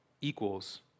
equals